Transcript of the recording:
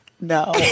No